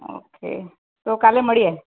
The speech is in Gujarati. ઓકે તો કાલે મળીએ